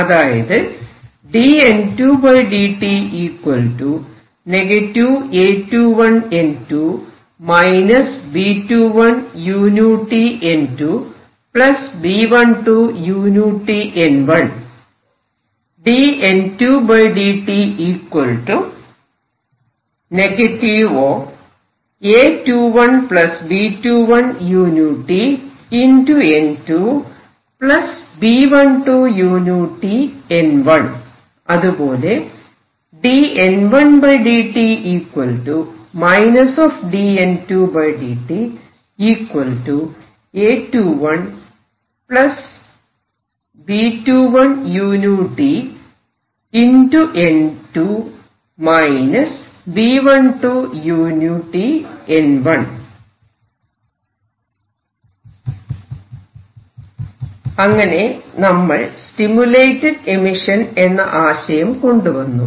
അതായത് അതുപോലെ അങ്ങനെ നമ്മൾ സ്റ്റിമുലേറ്റഡ് എമിഷൻ എന്ന ആശയം കൊണ്ടുവന്നു